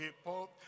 people